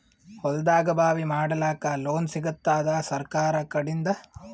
ಹೊಲದಾಗಬಾವಿ ಮಾಡಲಾಕ ಲೋನ್ ಸಿಗತ್ತಾದ ಸರ್ಕಾರಕಡಿಂದ?